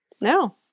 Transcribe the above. No